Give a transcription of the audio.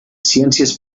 ciències